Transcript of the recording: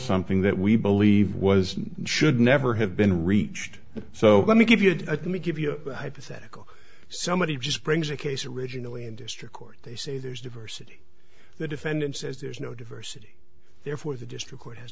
something that we believe was should never have been reached so let me give you at me give you a hypothetical somebody just brings a case originally in district court they say there's diversity the defendant says there's no diversity there for the district court has